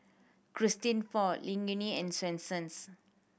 Christian Paul Laneige and Swensens